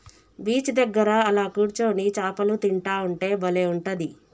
beach దగ్గర అలా కూర్చొని చాపలు తింటా ఉంటే బలే ఉంటది